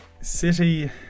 City